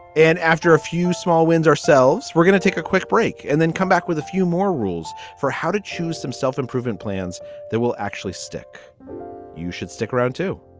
and after a few small wins ourselves, we're gonna take a quick break and then come back with a few more rules for how to choose some self improvement plans that will actually stick you should stick around to